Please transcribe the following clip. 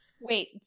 wait